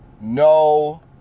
no